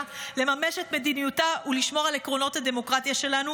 לממש את מדיניותה ולשמור על עקרונות הדמוקרטיה שלנו,